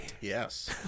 Yes